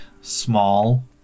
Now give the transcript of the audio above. small